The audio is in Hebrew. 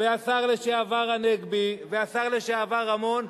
והשר לשעבר הנגבי, והשר לשעבר רמון,